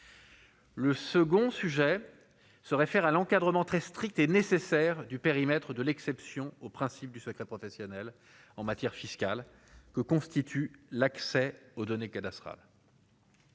Le second sujet se réfère à l'encadrement très strict et nécessaire du périmètre de l'exception au principe du secret professionnel en matière fiscale que constitue l'accès aux données cadastrales.